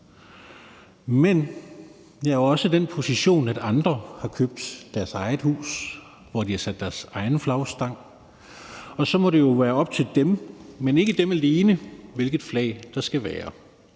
Men jeg er jo også i den position, at andre har købt deres eget hus, hvor de har sat deres egen flagstang, og så må det jo være op til dem, men ikke dem alene, hvilket flag der skal være.